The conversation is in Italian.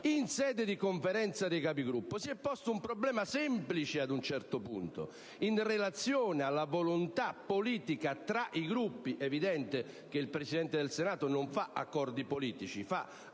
in sede di Conferenza dei Capigruppo si è posto un problema semplice in relazione alla volontà politica tra i Gruppi. È infatti evidente che il Presidente del Senato non fa accordi politici, ma